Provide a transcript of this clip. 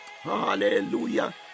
hallelujah